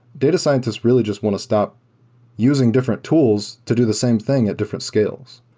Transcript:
data scientists really just want to stop using different tools to do the same thing at different scales.